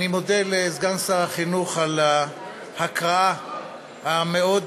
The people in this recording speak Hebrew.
אני מודה לסגן שר החינוך על ההקראה המאוד-מלומדת